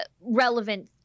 relevant